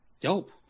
Dope